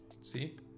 See